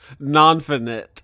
Nonfinite